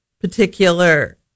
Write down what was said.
particular